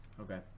okay